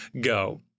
go